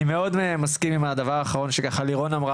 אני מאוד מסכים עם הדבר האחרון שלירון אמר,